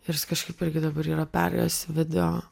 ir jis kažkaip irgi dabar yra perėjęs į video